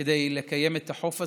כדי לקיים את החוף הזה.